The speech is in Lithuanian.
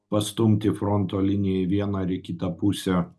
pastumti fronto liniją į vieną ar į kitą pusę